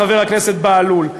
חבר הכנסת בהלול,